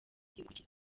bikurikira